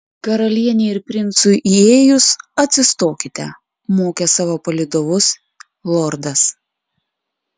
karalienei ir princui įėjus atsistokite mokė savo palydovus lordas